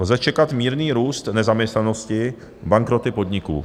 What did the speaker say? Lze čekat mírný růst nezaměstnanosti, bankroty podniků.